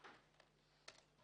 סליחה.